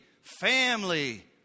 family